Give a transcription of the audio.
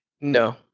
No